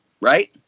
right